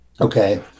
Okay